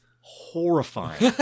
horrifying